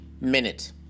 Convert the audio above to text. Minute